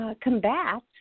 Combat